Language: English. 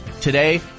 today